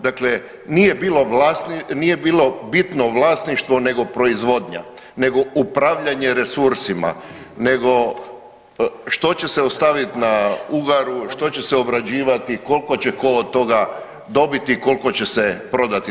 Dakle, nije bilo bitno vlasništvo nego proizvodnja, nego upravljanje resursima, nego što će se ostavit na ugaru, što će se obrađivati, koliko će tko od toga dobiti, koliko će se prodati.